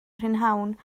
prynhawn